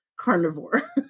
carnivore